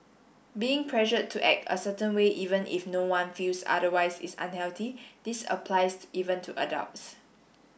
being pressured to act a certain way even if no one feels otherwise is unhealthy this applies even to adults